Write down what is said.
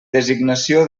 designació